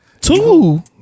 Two